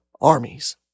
Armies